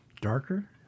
darker